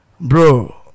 Bro